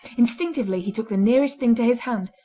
instinctively he took the nearest thing to his hand,